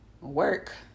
work